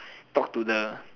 talk to the